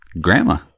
Grandma